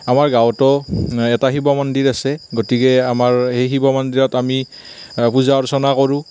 আমাৰ গাঁৱতো এটা শিৱ মন্দিৰ আছে গতিকে আমাৰ এই শিৱ মন্দিৰত আমি পূজা অৰ্চনা কৰোঁ